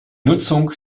nutzung